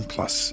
Plus